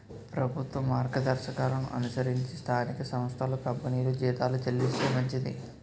ప్రభుత్వ మార్గదర్శకాలను అనుసరించి స్థానిక సంస్థలు కంపెనీలు జీతాలు చెల్లిస్తే మంచిది